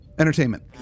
Entertainment